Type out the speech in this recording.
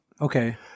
okay